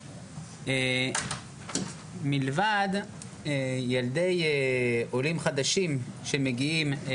מצד ההורים - שאכן הילדים האלה נמצאים כאן